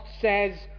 says